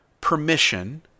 permission